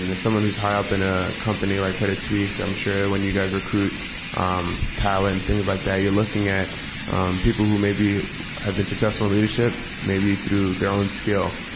and someone who's high up in a company like credit suisse, i'm sure when you guys recruit talent and things like that you're looking at people who maybe have been successful at leadership maybe through their own skill.